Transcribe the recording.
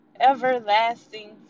Everlasting